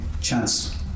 chance